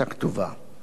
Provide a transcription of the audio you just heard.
עוד נציין,